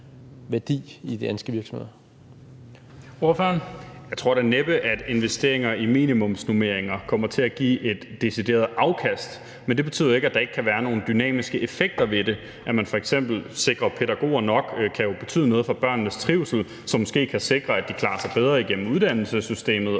Carl Valentin (SF): Jeg tror da næppe, at investeringer i minimumsnormeringer kommer til at give et decideret afkast. Men det betyder jo ikke, at der ikke kan være nogle dynamiske effekter ved det. At man f.eks. sikrer pædagoger nok kan jo betyde noget for børnenes trivsel, hvilket måske kan sikre, at de klarer sig bedre igennem uddannelsessystemet